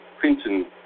Clinton